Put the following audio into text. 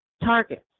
targets